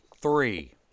Three